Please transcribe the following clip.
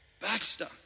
Baxter